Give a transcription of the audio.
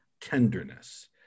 tenderness